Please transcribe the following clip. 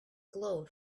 glowed